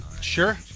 Sure